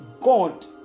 God